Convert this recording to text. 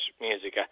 music